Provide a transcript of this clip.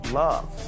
love